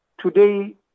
today